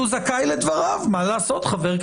הוא זכאי לדבריו, מה לעשות?